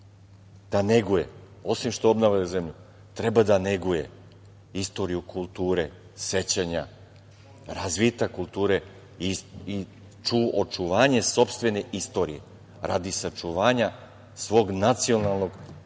da neguje, osim što obnavlja zemlju, treba da neguje istoriju kulture, sećanja, razvitak kulture i očuvanje sopstvene istorije radi sačuvanja svog nacionalnog, kulturnog